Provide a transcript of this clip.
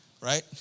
right